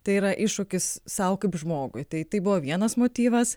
tai yra iššūkis sau kaip žmogui tai tai buvo vienas motyvas